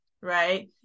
right